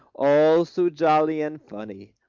all so jolly and funny.